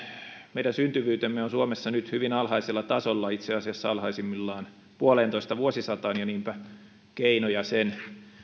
meidän syntyvyytemme on suomessa nyt hyvin alhaisella tasolla itse asiassa alhaisimmillaan puoleentoista vuosisataan ja niinpä keinoja sen